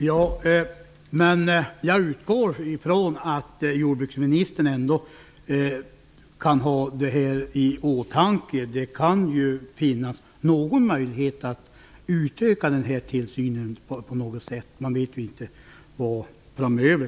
Fru talman! Jag utgår från att jordbruksministern ändå kan ha detta i åtanke. Det kan ju finnas någon möjlighet att på något sätt utöka tillsynen. Man vet ju inte vad som kan hända framöver.